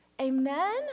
Amen